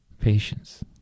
Patience